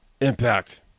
Impact